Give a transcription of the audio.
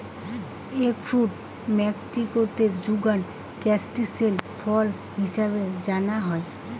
egg fruit মেক্সিকোতে যুগান ক্যান্টিসেল ফল হিছাবে জানা হই